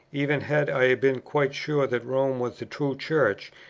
even had i been quite sure that rome was the true church,